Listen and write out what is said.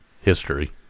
History